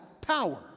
power